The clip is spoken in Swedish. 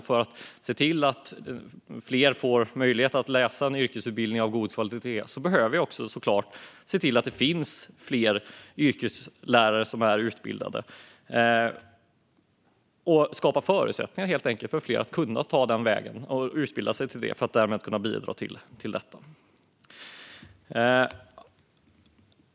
För att se till att fler får möjlighet att läsa en yrkesutbildning av god kvalitet behöver vi se till att det finns yrkeslärare som är utbildade, såklart, och helt enkelt skapa förutsättningar för fler att kunna ta den vägen och utbilda sig till yrkeslärare för att därmed kunna bidra till detta.